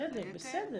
בסדר.